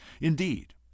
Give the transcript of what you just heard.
Indeed